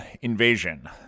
invasion